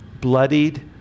bloodied